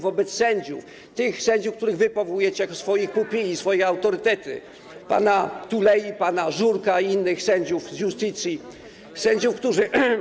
wobec sędziów, tych sędziów, na których wy się powołujecie jako swoich pupili, swoje autorytety: pana Tulei, pana Żurka i innych sędziów z Iustitia, sędziów, którzy.